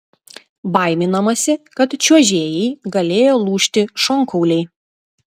baiminamasi kad čiuožėjai galėjo lūžti šonkauliai